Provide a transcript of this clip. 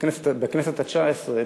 בכנסת התשע-עשרה,